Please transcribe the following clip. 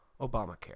Obamacare